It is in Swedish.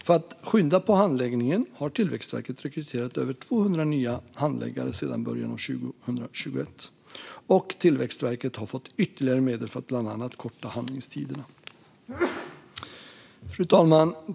För att skynda på handläggningen har Tillväxtverket rekryterat över 200 nya handläggare sedan början av 2021, och Tillväxtverket har fått ytterligare medel för att bland annat korta handläggningstiderna. Fru talman!